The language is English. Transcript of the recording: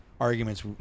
arguments